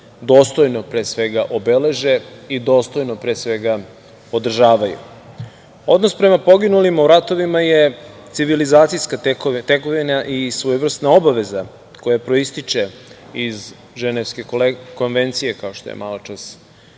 dostojno, pre svega, obeleže i dostojno, pre svega, održavaju. Odnos prema poginulima u ratovima je civilizacijska tekovina i svojevrsna obaveza koja proističe iz Ženevske konvencije, kao što je maločas i